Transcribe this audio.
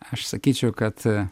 aš sakyčiau kad